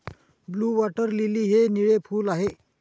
blue water lily हे निळे फूल आहे